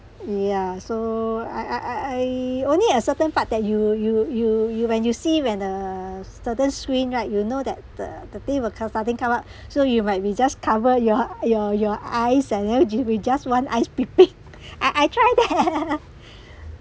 ya so I I I I only a certain part that you you you you when you see when the certain screen right you know that the the thing will come something come out so you might be just cover your your your eyes and then you will be just one eyes peeping I I try that